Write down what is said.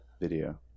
video